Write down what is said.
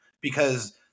because-